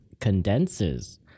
condenses